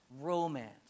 romance